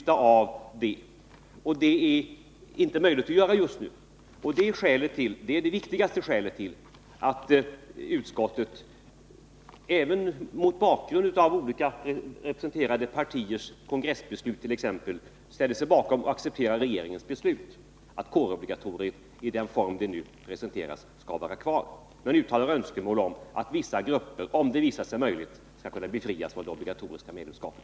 Det är inte möjligt att göra detta just nu. Det ärdet viktigaste skälet till att utskottet accepterar förslaget att kårobligatoriet i den form det nu presenteras skall vara kvar, men uttalar önskemål om att vissa grupper skall kunna befrias från det obligatoriska medlemskapet.